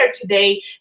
today